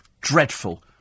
dreadful